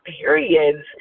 periods